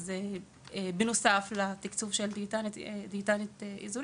אז בנוסף לתקצוב הדיאטנית האזורית,